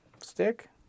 Stick